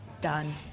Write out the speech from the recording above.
done